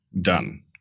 done